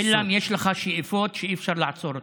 אלא אם כן יש לך שאיפות שאי-אפשר לעצור אותן.